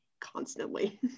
constantly